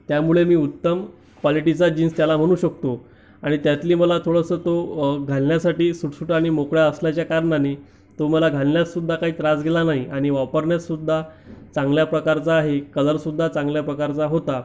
त्यामुळे मी उत्तम क्वालेटीचा जिन्स त्याला म्हणू शकतो आणि त्यातली मला थोडंसं तो घालण्यासाठी सुटसूट आणि मोकळ्या असल्याच्या कारणांनी तो मला घालण्यात सुद्धा काही त्रास गेला नाही आणि वापरण्यास सुद्धा चांगल्या प्रकारचा आहे कलरसुद्धा चांगल्या प्रकारचा होता